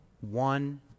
one